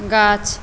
गाछ